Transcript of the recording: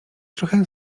trochę